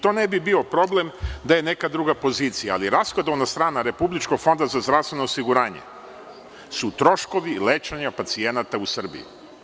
To ne bi bio problem da je neka druga pozicija, ali rashodovna strana Republičkog fonda za zdravstveno osiguranje su troškovi lečenja pacijenata u Srbiji.